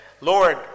Lord